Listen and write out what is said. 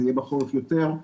זה יהיה בחורף יותר,